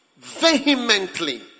vehemently